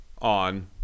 on